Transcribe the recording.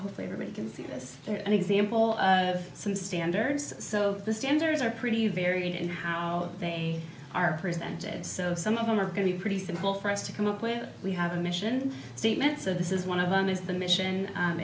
leverage can see this as an example of some standards so the standards are pretty varied in how they are presented so some of them are going to be pretty simple for us to come up with we have a mission statements of this is one of them is the mission